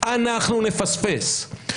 אנחנו נפספס.